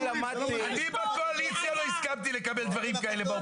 אני בקואליציה לא הסכמתי לקבל דברים כאלה.